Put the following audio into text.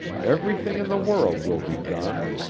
everything in the world will be done.